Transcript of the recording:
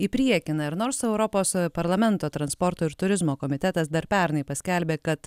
į priekį na ir nors europos parlamento transporto ir turizmo komitetas dar pernai paskelbė kad